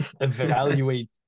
evaluate